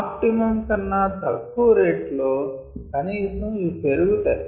optimum కన్నా చాలా తక్కువ రేట్ లో కనీసం ఇవి పెరుగుతాయి